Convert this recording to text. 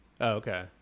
okay